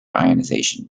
ionization